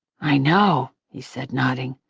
i know! he said, nodding.